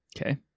Okay